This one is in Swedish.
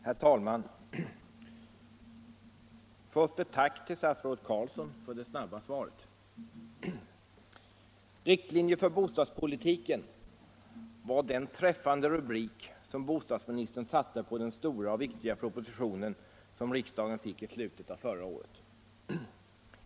Herr talman! Först ett tack till statsrådet Carlsson för det snabba svaret. Riktlinjer för bostadspolitiken var den träffande rubrik som bostadsministern satte på den stora och viktiga proposition som riksdagen fick i slutet av förra året.